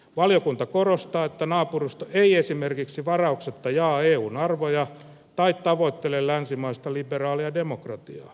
valiokunta korostaa että naapurusto ei esimerkiksi varauksetta jaa eun arvoja tai tavoittele länsimaista liberaalia demokratiaa